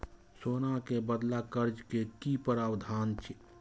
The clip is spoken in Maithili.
सोना के बदला कर्ज के कि प्रावधान छै?